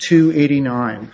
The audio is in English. to eighty nine